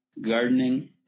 gardening